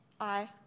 Aye